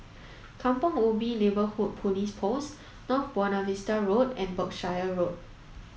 Kampong Ubi Neighbourhood Police Post North Buona Vista Road and Berkshire Road